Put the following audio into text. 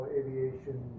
aviation